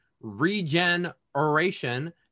regeneration